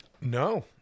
No